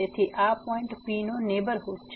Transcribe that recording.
તેથી આ point P નો નેહબરહુડ છે